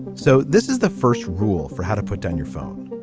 so this is the first rule for how to put down your phone.